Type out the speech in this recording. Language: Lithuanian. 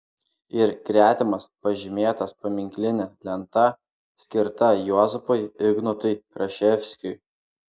ir gretimas pažymėtas paminkline lenta skirta juozapui ignotui kraševskiui